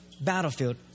battlefield